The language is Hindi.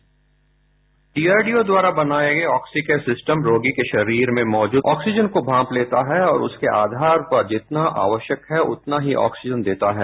बाईट डीआरडीओ द्वारा बनाये गए ऑक्सीकेयर सिस्टम रोगी के शरीर में मौजूद ऑक्सीजन को भाप लेता है और जसके आधार पर जितना आवश्यक हो उतना ही ऑक्सीजन देता है